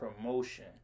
Promotion